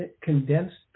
condensed